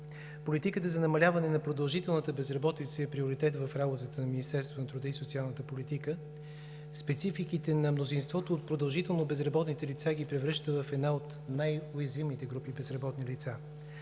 политиката за намаляване на продължителната безработица е приоритет в работата на Министерството на труда и социалната политика. Спецификите на мнозинството от продължително безработните лица ги превръща в една от най-уязвимите групи безработни лица.